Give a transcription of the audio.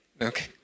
Okay